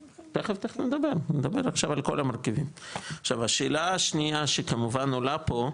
עכשיו, השאלה השנייה שכמובן, עולה פה,